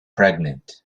pregnant